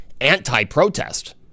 anti-protest